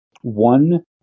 one